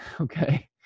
Okay